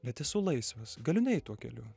bet esu laisvas galiu neeit tuo keliu